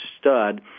stud